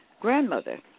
grandmother